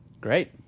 Great